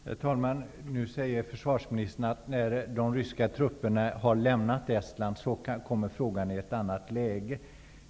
Herr talman! Nu säger försvarsministern att frågan kommer i ett annat läge när det ryska trupperna har lämnat Estland.